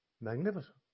Magnificent